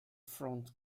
front